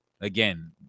again